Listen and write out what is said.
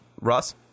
Russ